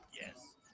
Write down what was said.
yes